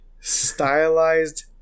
Stylized